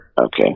Okay